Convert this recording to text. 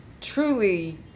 truly